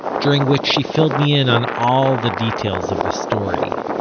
during which she filled me in on all the details of the story.